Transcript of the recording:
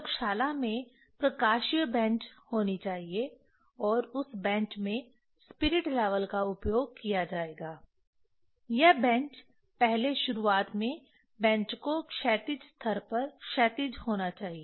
प्रयोगशाला में प्रकाशीय बेंच होनी चाहिए और उस बेंच में स्पिरिट लेवल का उपयोग किया जाएगा यह बेंच पहले शुरुआत में बेंच को क्षैतिज स्तर पर क्षैतिज होना चाहिए